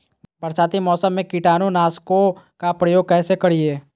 बरसाती मौसम में कीटाणु नाशक ओं का प्रयोग कैसे करिये?